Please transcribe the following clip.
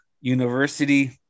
University